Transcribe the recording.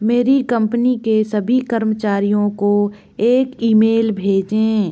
मेरी कम्पनी के सभी कर्मचारियों को एक ईमेल भेजें